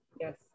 yes